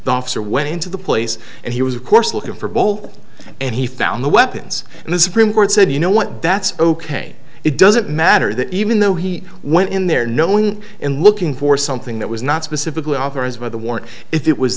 officer went into the place and he was of course looking for a bowl and he found the weapons and the supreme court said you know what that's ok it doesn't matter that even though he went in there knowing and looking for something that was not specifically